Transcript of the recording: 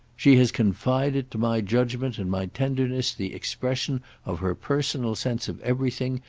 she has confided to my judgement and my tenderness the expression of her personal sense of everything,